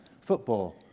football